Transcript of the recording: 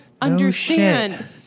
understand